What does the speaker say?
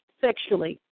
sexually